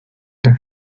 the